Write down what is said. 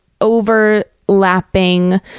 overlapping